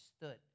stood